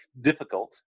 difficult